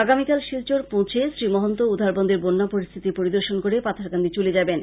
আগামীকাল শিলচর পৌছে মন্ত্রী কেশব মহন্ত উধারবন্দের বন্যা পরিস্থিতি পরিদর্শন করে পাথারকান্দি চলে যাবেন